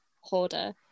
hoarder